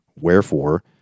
wherefore